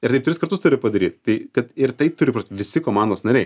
ir taip tris kartus turi padaryt tai kad ir tai turi visi komandos nariai